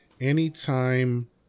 Anytime